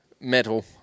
metal